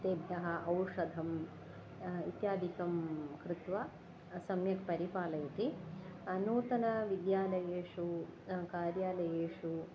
तेभ्यः औषधम् इत्यादिकं कृत्वा सम्यक् परिपालयति नूतनविद्यालयेषु कार्यालयेषु